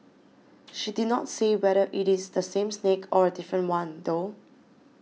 she did not say whether it is the same snake or a different one though